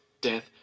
death